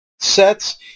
sets